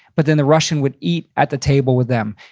but then the russian would eat at the table with them.